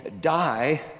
die